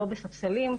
לא בספסלים.